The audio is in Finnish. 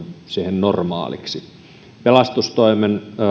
normaaliksi pelastustoimen